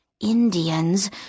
Indians